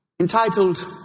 entitled